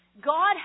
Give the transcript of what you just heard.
God